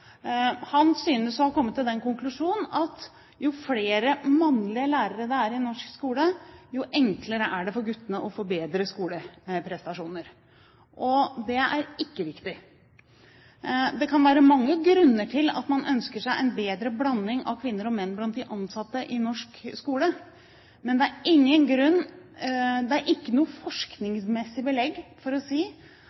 Han synes å ha kommet til den konklusjonen at jo flere mannlige lærere det er i norsk skole, jo enklere er det for guttene å få bedre skoleprestasjoner. Det er ikke riktig. Det kan være mange grunner til at man ønsker seg en bedre blanding av kvinner og menn blant de ansatte i norsk skole, men det er ingen grunn til, ikke noe forskningsmessig belegg for, å si at der det er